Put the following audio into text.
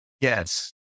Yes